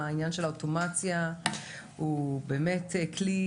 העניין של האוטומציה הוא כלי